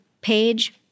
page